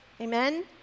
Amen